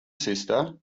sister